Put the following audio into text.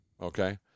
Okay